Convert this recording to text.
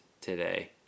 today